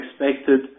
expected